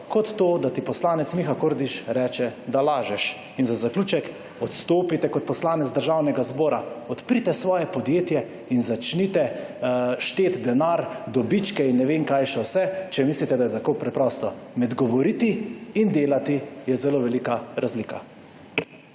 kot to, da ti poslanec Miha Kordiš reče, da lažeš. In za zaključek. Odstopite kot poslanec Državnega zbora, odprite svoje podjetje in začnite šteti denar, dobičke in ne vem kaj še vse, če mislite, da je tako preprosto. Med govorit in delati je zelo velika razlika.